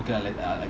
okay lah ah like